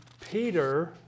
Peter